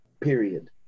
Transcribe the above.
period